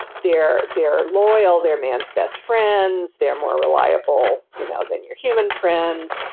they're they're loyal, they're man's best friends, they're more reliable you know than your human friends.